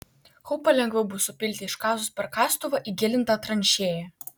kaupą lengviau bus supilti iškasus per kastuvą įgilintą tranšėją